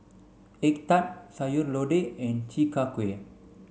egg tart Sayur Lodeh and Chi Kak Kuih